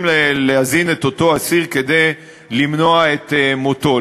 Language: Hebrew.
להזין את אותו אסיר כדי למנוע את מותו,